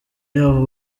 yaho